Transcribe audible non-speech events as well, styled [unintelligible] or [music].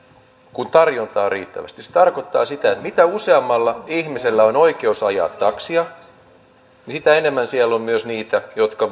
kun tarjontaa on riittävästi se tarkoittaa sitä että mitä useammalla ihmisellä on oikeus ajaa taksia niin sitä enemmän siellä on myös niitä jotka [unintelligible]